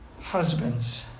Husbands